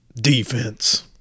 defense